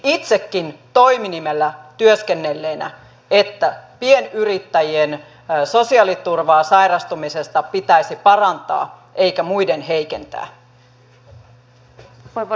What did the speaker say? itsekin toiminimellä työskennelleenä ajattelisin mieluummin että pienyrittäjien sosiaaliturvaa sairastumisesta pitäisi parantaa eikä muiden heikentää